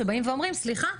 שבאים ואומרים - סליחה,